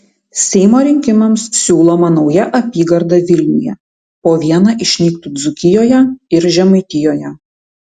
seimo rinkimams siūloma nauja apygarda vilniuje po vieną išnyktų dzūkijoje ir žemaitijoje